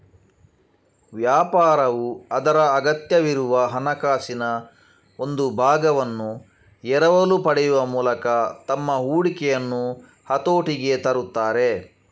ವ್ಯಾಪಾರವು ಅದರ ಅಗತ್ಯವಿರುವ ಹಣಕಾಸಿನ ಒಂದು ಭಾಗವನ್ನು ಎರವಲು ಪಡೆಯುವ ಮೂಲಕ ತಮ್ಮ ಹೂಡಿಕೆಯನ್ನು ಹತೋಟಿಗೆ ತರುತ್ತಾರೆ